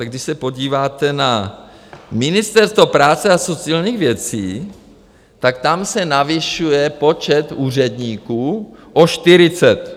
Když se podíváte na Ministerstvo práce a sociálních věcí, tak tam se navyšuje počet úředníků o 40.